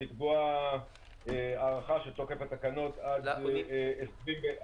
לקבוע הארכה של תוקף התקנות עד 10 בדצמבר.